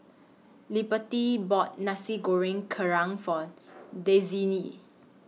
Liberty bought Nasi Goreng Kerang For Daisye